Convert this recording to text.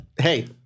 hey